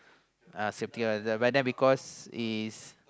whether because is